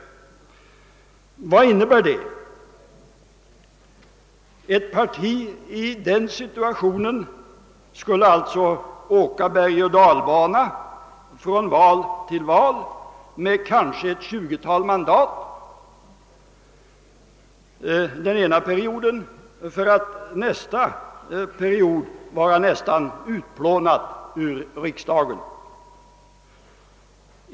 Detta innebär att ett parti i den situationen skulle åka bergoch dalbana från val till val med kanske ett tjugotal mandat den ena perioden för att nästa period vara så gott som utplånat i riksdagen.